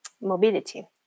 mobility